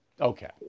Okay